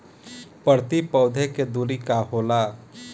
प्रति पौधे के दूरी का होला?